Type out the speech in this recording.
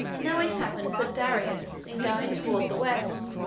now it happened that darius, in going toward the west,